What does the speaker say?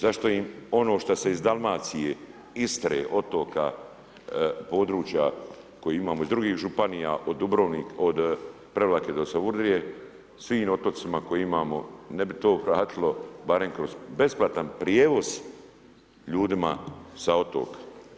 Zašto im ono što se iz Dalmacije, Istre, otoka, područja koje imamo iz drugih županija od Prevlake do Savudrije, svim otocima koje imamo ne bi to vratilo barem kroz besplatan prijevoz ljudima sa otoka?